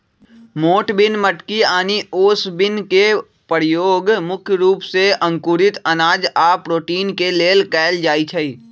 मोठ बिन मटकी आनि ओस बिन के परयोग मुख्य रूप से अंकुरित अनाज आ प्रोटीन के लेल कएल जाई छई